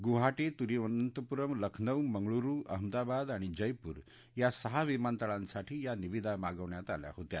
गुवाहाटी थिरुअनंतपूरम लखनऊ मंगळूरु अहमदाबाद आणि जयपूर या सहा विमानतळांसाठी या निविदा मागवण्यात आल्या होत्या